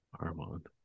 Armand